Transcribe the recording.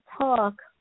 talk